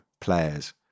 players